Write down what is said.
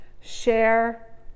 share